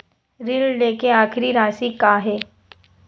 ऋण लेके आखिरी राशि का हे?